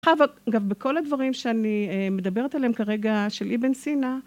אגב, בכל הדברים שאני מדברת עליהם כרגע, של איבן סינה...